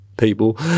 People